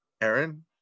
Aaron